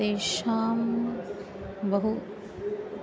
तेषां बहु